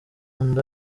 nda